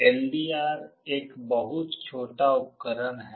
LDR एक बहुत छोटा उपकरण है